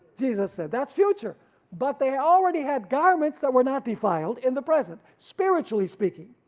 jesus said. that's future but they already had garments that were not defiled in the present, spiritually speaking.